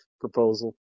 proposal